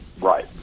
Right